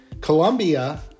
Colombia